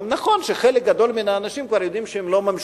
נכון שחלק גדול מהאנשים כבר יודעים שהם לא ממשיכים.